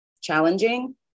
challenging